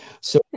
So-